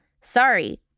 sorry